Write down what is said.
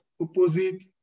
opposite